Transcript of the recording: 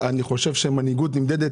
אני חושב שמנהיגות נמדדת